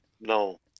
No